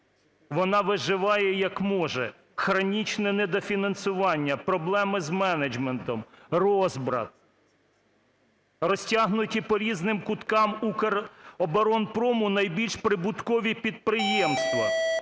Вона виживає як може, хронічне недофінансування, проблеми з менеджментом, розбрат, розтягнуті по різних кутках "Укроборонпрому" найбільш прибуткові підприємства.